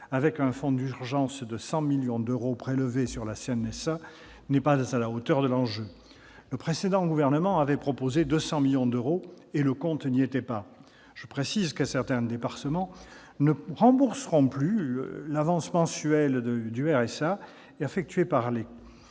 par un fonds d'urgence de 100 millions d'euros prélevés sur la CNSA, n'est pas à la hauteur de l'enjeu. Le précédent gouvernement avait proposé 200 millions d'euros, et le compte n'y était pas. Je précise que certains départements ne rembourseront plus l'avance mensuelle du RSA effectuée par les